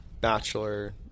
Bachelor